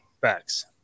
Facts